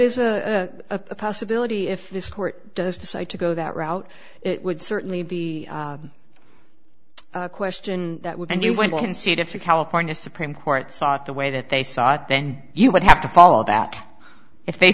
is a possibility if this court does decide to go that route it would certainly be a question that when you went to concede if the california supreme court sought the way that they sought then you would have to follow that if they